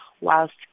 whilst